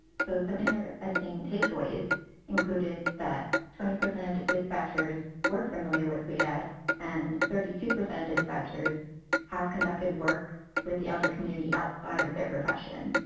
so, some interesting takeaways include that twenty percent of dispatchers were familiar with weaad, and thirty two percent of dispatchers have conducted work with the elder community outside of their profession.